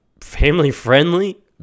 family-friendly